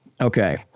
okay